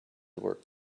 work